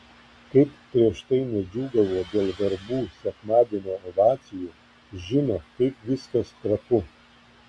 kaip prieš tai nedžiūgavo dėl verbų sekmadienio ovacijų žino kaip viskas trapu